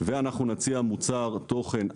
אנחנו נציע מוצר תוכן עמוק,